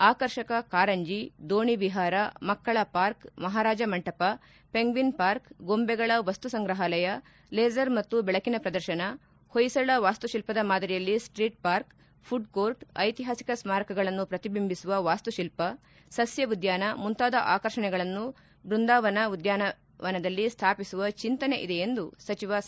ಆಕರ್ಷಕ ಕಾರಂಜಿ ದೋಣಿ ವಿಹಾರ ಮಕ್ಕಳ ಪಾರ್ಕ್ ಮಹಾರಾಜ ಮಂಟಪ ಪೆಂಗ್ವಿನ್ ಪಾರ್ಕ್ ಗೊಂಬೆಗಳ ವಸ್ತು ಸಂಗ್ರಹಾಲಯ ಲೇಜರ್ ಮತ್ತು ಬೆಳಕಿನ ಪ್ರದರ್ಶನ ಹೊಯ್ಲಳ ವಾಸ್ತುತಿಲ್ಲದ ಮಾದರಿಯಲ್ಲಿ ಸ್ವೀಟ್ ಪಾರ್ಕ್ ಪುಡ್ಕೋರ್ಟ್ ಐತಿಹಾಸಿಕ ಸ್ಮಾರಕಗಳನ್ನು ಪ್ರತಿಬಿಂಬಿಸುವ ವಾಸ್ತುಶಿಲ್ಪ ಸಸ್ಯ ಉದ್ಯಾನ ಮುಂತಾದ ಆಕರ್ಷಣೆಗಳನ್ನು ಬೃಂದಾವನ್ನ ಉದ್ಯಾನವನದಲ್ಲಿ ಸ್ಥಾಪಿಸುವ ಚಿಂತನೆ ಇದೆ ಎಂದು ಸಚಿವ ಸಾ